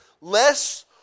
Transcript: less